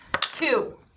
Two